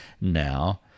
now